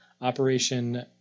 Operation